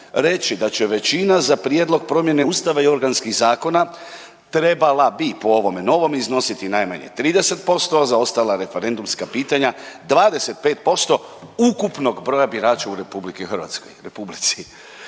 reći da će većina za prijedlog promjene ustava i organskih zakona, trebala bi po ovome novom iznositi najmanje 30%, a za ostala referendumska pitanja 25% ukupnog broja birača u Republiki Hrvatskoj,